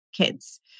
kids